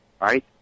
right